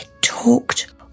talked